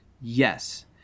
yes